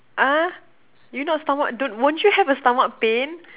uh you not stomach don't won't you have a stomach pain